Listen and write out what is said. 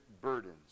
burdens